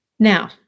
Now